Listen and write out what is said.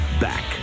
back